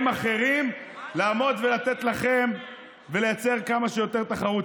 אחרים לעמוד ולייצר כמה שיותר תחרות,